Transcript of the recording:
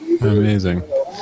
Amazing